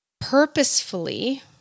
purposefully